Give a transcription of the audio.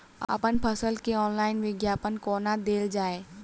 अप्पन फसल केँ ऑनलाइन विज्ञापन कोना देल जाए?